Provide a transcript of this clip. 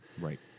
Right